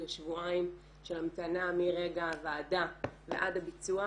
לשבועיים של המתנה מרגע הוועדה ועד הביצוע.